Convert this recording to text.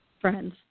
friends